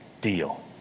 deal